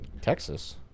Texas